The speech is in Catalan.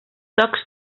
tocs